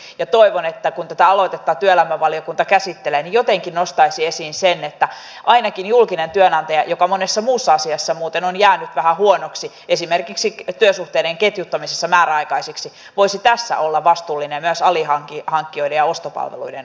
mietin ja toivon että kun tätä aloitetta työelämävaliokunta käsittelee niin se jotenkin nostaisi esiin sen että ainakin julkinen työnantaja joka monessa muussa asiassa muuten on jäänyt vähän huonoksi esimerkiksi työsuhteiden ketjuttamisessa määräaikaisiksi voisi olla tässä vastuullinen myös alihankkijoiden ja ostopalveluiden osalta